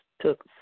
took